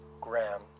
Graham